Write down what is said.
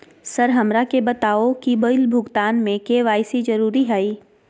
Sir हमरा के बताओ कि बिल भुगतान में के.वाई.सी जरूरी हाई?